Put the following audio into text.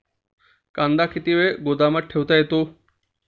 कांदा किती वेळ गोदामात ठेवता येतो?